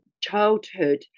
childhood